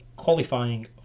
qualifying